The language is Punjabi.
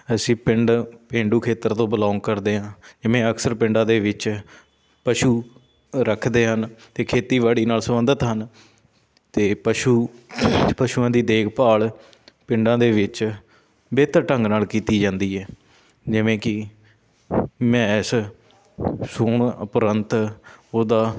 ਅਸੀਂ ਪਿੰਡ ਪੇਂਡੂ ਖੇਤਰ ਤੋਂ ਬਿਲੋਂਗ ਕਰਦੇ ਹਾਂ ਜਿਵੇਂ ਅਕਸਰ ਪਿੰਡਾਂ ਦੇ ਵਿੱਚ ਪਸ਼ੂ ਰੱਖਦੇ ਹਨ ਅਤੇ ਖੇਤੀਬਾੜੀ ਨਾਲ ਸੰਬੰਧਿਤ ਹਨ ਅਤੇ ਪਸ਼ੂ ਪਸ਼ੂਆਂ ਦੀ ਦੇਖਭਾਲ ਪਿੰਡਾਂ ਦੇ ਵਿੱਚ ਬਿਹਤਰ ਢੰਗ ਨਾਲ ਕੀਤੀ ਜਾਂਦੀ ਹੈ ਜਿਵੇਂ ਕਿ ਮੈਂਸ ਸੂਣ ਉਪਰੰਤ ਉਹਦਾ